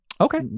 okay